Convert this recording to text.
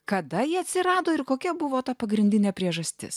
kada jie atsirado ir kokia buvo ta pagrindinė priežastis